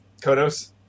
Kodos